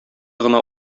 гына